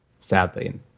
Sadly